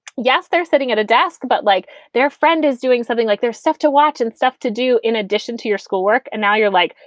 yes, they're sitting at a desk, but like their friend is doing something, like there's stuff to watch and stuff to do in addition to your schoolwork. and now you're like,